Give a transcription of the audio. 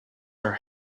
our